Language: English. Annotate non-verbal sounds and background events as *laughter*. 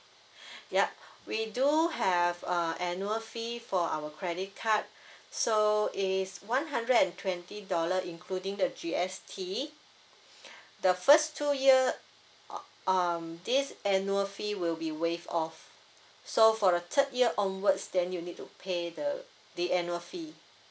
*breath* yup we do have uh annual fee for our credit card so is one hundred and twenty dollar including the G_S_T *breath* the first two year o~ um this annual fee will be waived off so for the third year onwards then you need to pay the the annual fee